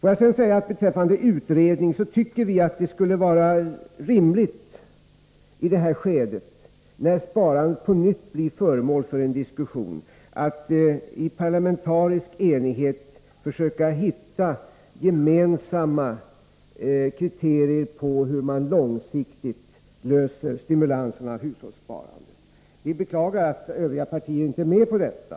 I detta skede, när sparandet på nytt blir föremål för diskussion, tycker vi att det är rimligt att en utredning i parlamentarisk enighet försöker finna gemensamma kriterier på hur man långsiktigt skall stimulera hushållssparandet. Vi tycker det är beklagligt att övriga partier inte är med på detta.